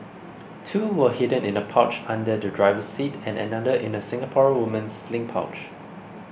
two were hidden in a pouch under the driver's seat and another in a Singaporean woman's sling pouch